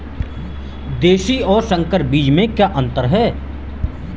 देशी और संकर बीज में क्या अंतर है?